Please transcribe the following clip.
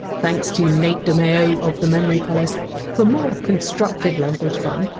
thanks to nate dimeo of the memory palace for more constructed language fun,